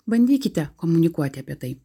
bandykite komunikuoti apie tai